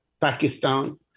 Pakistan